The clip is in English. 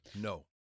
No